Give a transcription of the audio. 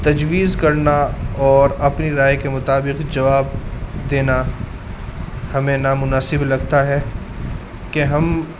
تجویز کرنا اور اپنی رائے کے مطابق جواب دینا ہمیں نامناسب لگتا ہے کہ ہم